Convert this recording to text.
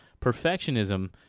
perfectionism